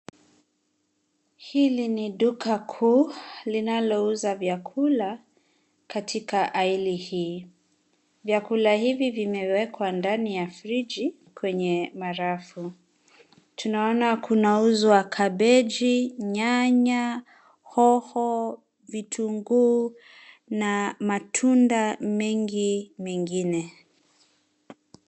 Hili ni duka kuu linalouza vyakula katika aisle hii. Vyakula hivi vimewekwa ndani ya friji kwenye marafu. Tunaona kunauzwa kabeji, nyanya, hoho, vitunguu na matunda mengi mengine.